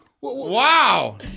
Wow